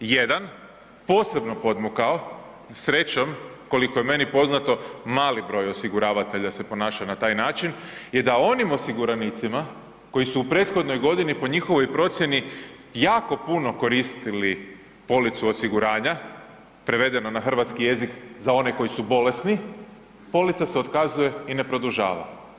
Jedan, posebno podmukao, srećom koliko je meni poznato mali broj osiguravatelja se ponaša na taj način je da onim osiguranicima koji su u prethodnoj godini po njihovoj procjeni jako puno koristili policu osiguranja, prevedeno na hrvatski jezik, za one koji su bolesni, polica se otkazuje i ne produžava.